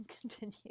continue